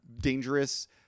dangerous